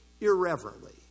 irreverently